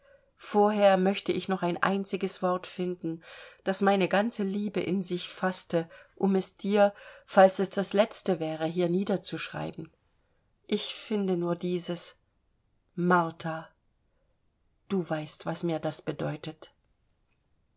vorher möchte ich noch ein einziges wort finden das meine ganze liebe in sich faßte um es dir falls es das letzte wäre hier niederzuschreiben ich finde nur dieses martha du weißt was mir das bedeutet